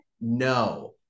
no